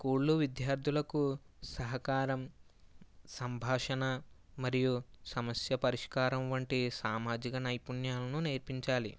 స్కూల్లు విద్యార్థులకు సహకారం సంభాషణ మరియు సమస్య పరిష్కారం వంటి సామాజిక నైపుణ్యాలను నేర్పించాలి